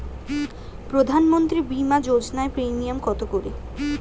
প্রধানমন্ত্রী বিমা যোজনা প্রিমিয়াম কত করে?